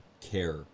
care